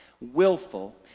willful